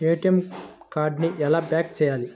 ATM కార్డుని ఎలా block చేయాలి?